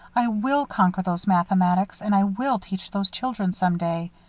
i will conquer those mathematics, and i will teach those children, some day.